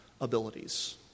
abilities